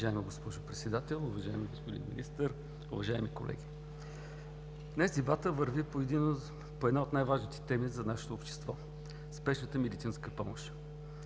Уважаема госпожо Председател, уважаеми господин Министър, уважаеми колеги! Днес дебатът върви по една от най-важните теми за нашето общество – спешната медицинска помощ.